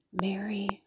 Mary